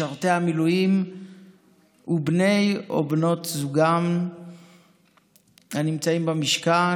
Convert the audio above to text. משרתי המילואים ובני ובנות זוגם הנמצאים במשכן,